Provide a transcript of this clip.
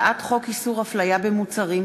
הצעת חוק איסור הפליה במוצרים,